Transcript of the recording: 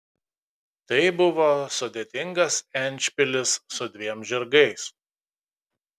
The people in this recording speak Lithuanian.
tai buvo sudėtingas endšpilis su dviem žirgais